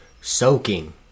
Soaking